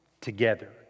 together